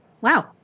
wow